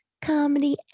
comedy